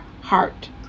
heart